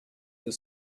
the